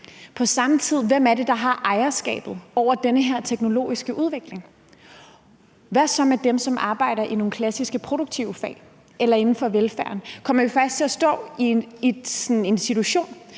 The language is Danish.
må vi se på: Hvem er det, der har ejerskabet over den her teknologiske udvikling? Hvad så med dem, som arbejder i nogle klassiske produktionsfag eller inden for velfærden? Kommer vi faktisk til at stå i en situation,